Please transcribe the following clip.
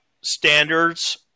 standards